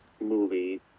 movie